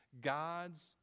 God's